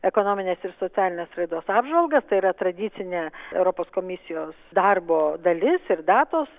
ekonominės ir socialinės raidos apžvalgas tai yra tradicinė europos komisijos darbo dalis ir datos